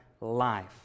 life